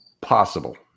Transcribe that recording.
possible